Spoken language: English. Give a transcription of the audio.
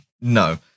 No